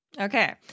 okay